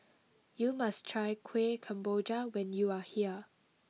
you must try Kueh Kemboja when you are here